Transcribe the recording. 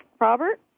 Robert